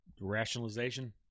Rationalization